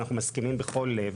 אנחנו מסכימים בכל לב,